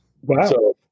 Wow